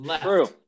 True